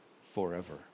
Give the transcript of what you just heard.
forever